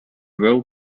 roll